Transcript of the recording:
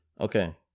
Okay